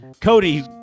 Cody